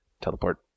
Teleport